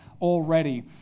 already